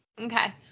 Okay